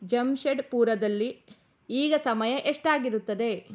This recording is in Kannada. ಜಮ್ಷೆಡ್ಪುರದಲ್ಲಿ ಈಗ ಸಮಯ ಎಷ್ಟಾಗಿರುತ್ತದೆ